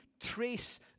Trace